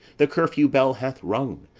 the curfew bell hath rung,